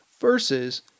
versus